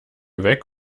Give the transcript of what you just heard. weg